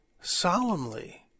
solemnly